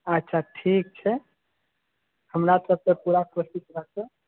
अच्छा ठीक छै हमरा सभके पूरा कोशिश रहतै